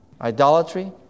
Idolatry